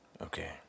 Okay